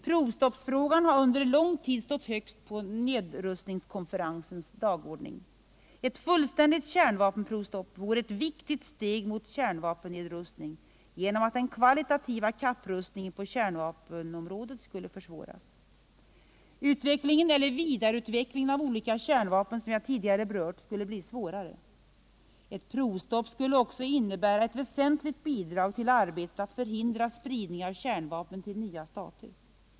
Provstoppsfrågan har under lång tid stått högst på nedrustningskonferensens dagordning. Ett fullständigt kärnvapenprovstopp vore ett viktigt steg i riktning mot kärnvapennedrustning genom att den kvalitativa kapprustningen på kärnvapenområdet därigenom skulle försvåras. Utvecklingen — eller vidareu:vecklingen —av de olika kärnvapen som jag tidigare berört skulle då bli svårare. Ett provstopp skulle också innebära ett väsentligt bidrag till arbetet med att förhindra spridningen av kärnvapen till nya stater.